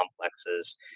complexes